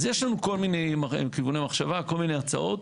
אז יש לנו כל מיני כיווני מחשבה, כל מיני הצעות.